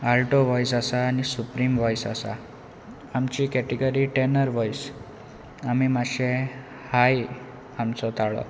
Alto voice आसा आनी supreme voice आसा आमची कॅटेगरी टॅनर वॉयस आमी मात्शे हाय आमचो ताळो